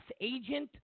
agent